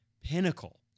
pinnacle